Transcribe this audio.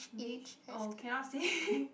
beach oh cannot see